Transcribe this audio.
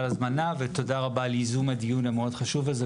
על ההזמנה ותודה רבה על יזום הדיון המאוד חשוב הזה,